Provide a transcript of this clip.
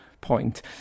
point